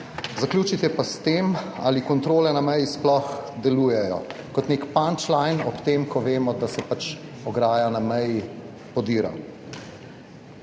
Zaključite pa s tem, ali kontrole na meji sploh delujejo, kot nek punch-line, ob tem, ko vemo, da se pač ograja na meji podira.